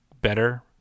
better